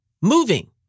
moving